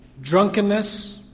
drunkenness